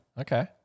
Okay